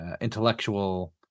intellectual